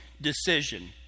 decision